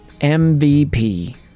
MVP